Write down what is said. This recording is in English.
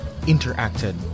interacted